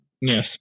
Yes